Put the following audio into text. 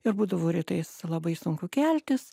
ir būdavo rytais labai sunku keltis